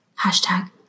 hashtag